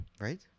right